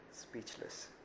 speechless